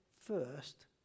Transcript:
first